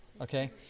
okay